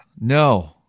No